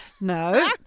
No